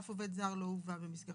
אף עובד זר לא הובא במסגרתן.